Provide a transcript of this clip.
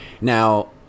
now